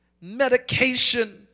medication